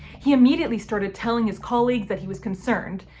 he immediately started telling his colleagues that he was concerned,